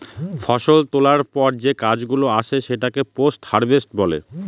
ফষল তোলার পর যে কাজ গুলো আসে সেটাকে পোস্ট হারভেস্ট বলে